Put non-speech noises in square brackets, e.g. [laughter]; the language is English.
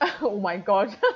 [laughs] oh my god